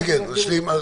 כן, תשלים.